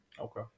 Okay